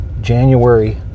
January